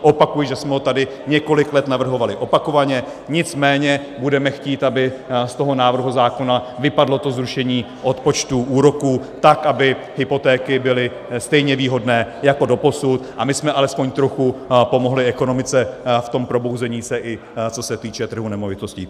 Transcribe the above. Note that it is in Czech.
Opakuji, že jsme ho tady několik let navrhovali opakovaně, nicméně budeme chtít, aby z návrhu zákona vypadlo to zrušení odpočtů úroků tak, aby hypotéky byly stejně výhodné jako doposud a my jsme alespoň trochu pomohli ekonomice v tom probouzení se i co se týče trhu nemovitostí.